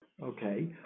Okay